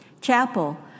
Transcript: chapel